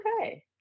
okay